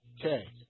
Okay